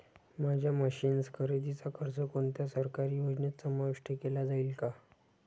माझ्या मशीन्स खरेदीचा खर्च कोणत्या सरकारी योजनेत समाविष्ट केला जाईल का?